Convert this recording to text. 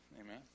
amen